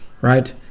right